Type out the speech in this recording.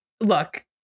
look